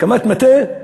הקמת מטה,